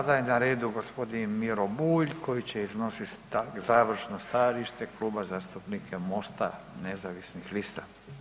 Sada je na redu gospodin Miro Bulj koji će iznositi završno stajalište Kluba zastupnika MOST-a nezavisnih lista.